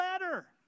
letter